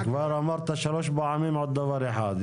אתה כבר אמרת שלוש פעמים עוד דבר אחד,